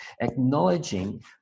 acknowledging